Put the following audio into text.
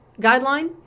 guideline